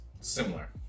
similar